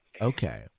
Okay